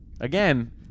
Again